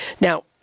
Now